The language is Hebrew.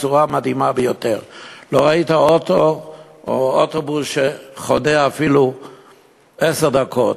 בצורה מדהימה ביותר: לא ראית אוטו או אוטובוס שחונה אפילו עשר דקות,